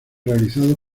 realizados